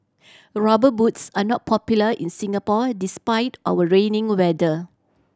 Rubber Boots are not popular in Singapore despite our rainy weather